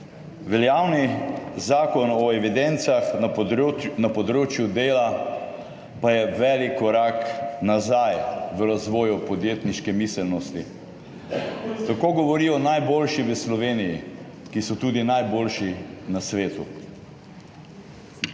Veljavni zakon o evidencah na področju dela pa je velik korak nazaj v razvoju podjetniške miselnosti. Tako govorijo najboljši v Sloveniji, ki so tudi najboljši na svetu.